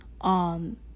on